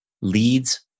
leads